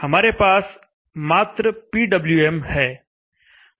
हमारे पास मात्र पीडब्ल्यूएम है